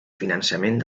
finançament